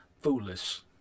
foolish